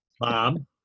Mom